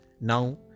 Now